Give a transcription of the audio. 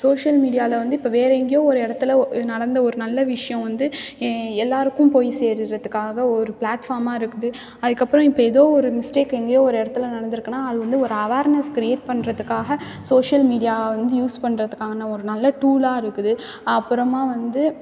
social மீடியாவில் வந்து இப்போ வேறு எங்கேயோ ஒரு இடத்துல ஓ நடந்த ஒரு நல்ல விஷயம் வந்து எ எல்லோருக்கும் போய் சேருகிறதுக்காக ஒரு ப்ளாட்ஃபார்மாக இருக்குது அதுக்கப்புறம் இப்போ ஏதோ ஒரு மிஸ்டேக் எங்கேயோ ஒரு இடத்துல நடந்திருக்குனா அது வந்து ஒரு அவார்னஸ் க்ரியேட் பண்ணுறதுக்காக சோஷியல் மீடியா வந்து யூஸ் பண்ணுறதுக்கான ஒரு நல்ல டூலாக இருக்குது அப்புறமாக வந்து